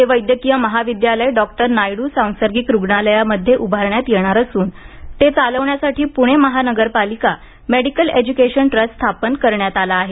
हे वैद्यकीय महाविद्यालय डॉक्टर नायडू सांसर्गिक रुग्णालयामध्ये उभारण्यात येणार असून ते चालविण्यासाठी पुणे महानगरपालिका मेडिकल एज्युकेशन ट्रस्ट स्थापन करण्यात आला आहे